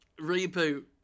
Reboot